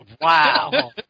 Wow